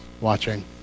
watching